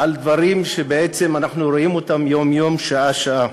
על דברים שבעצם אנחנו רואים יום-יום, שעה-שעה.